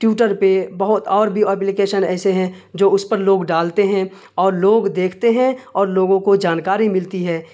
Twitter پہ بہت اور بھی اوبلیکیشن ایسے ہیں جو اس پر لوگ ڈالتے ہیں اور لوگ دیکھتے ہیں اور لوگوں کو جانکاری ملتی ہے